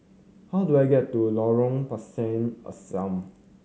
how do I get to Lorong Pisang Asam